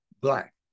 black